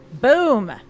Boom